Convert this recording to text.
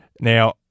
Now